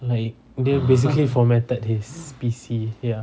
like dia basically formatted his P_C ya